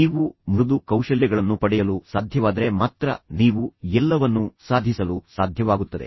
ನೀವು ಮೃದು ಕೌಶಲ್ಯಗಳನ್ನು ಪಡೆಯಲು ಸಾಧ್ಯವಾದರೆ ಮಾತ್ರ ನೀವು ಎಲ್ಲವನ್ನೂ ಸಾಧಿಸಲು ಸಾಧ್ಯವಾಗುತ್ತದೆ